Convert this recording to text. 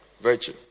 virtue